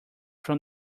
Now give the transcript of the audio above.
from